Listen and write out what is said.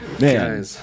Man